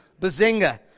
Bazinga